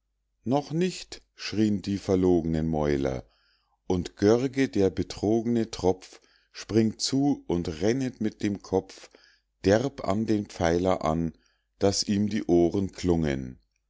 noch nicht schrie'n die verlog'nen mäuler und görge der betrogne tropf springt zu und rennet mit dem kopf derb an den pfeiler an daß ihm die ohren klungen